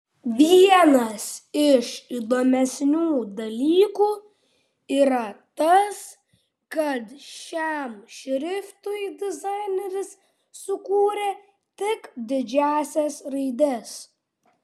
vienas iš įdomesnių dalykų yra tas kad šiam šriftui dizaineris sukūrė tik didžiąsias raides